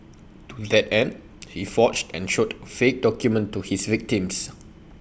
to that end he forged and showed A fake document to his victims